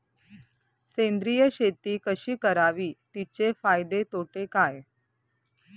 सेंद्रिय शेती कशी करावी? तिचे फायदे तोटे काय?